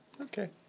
Okay